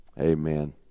Amen